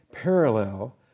parallel